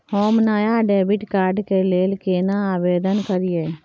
हम नया debit card के लेल केना आवेदन करियै?